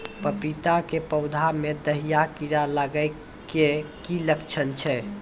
पपीता के पौधा मे दहिया कीड़ा लागे के की लक्छण छै?